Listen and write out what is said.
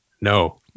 No